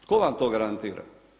Tko vam to garantira?